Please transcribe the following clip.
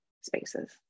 spaces